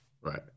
Right